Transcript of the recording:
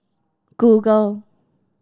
Google